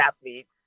athletes